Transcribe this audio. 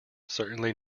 certainly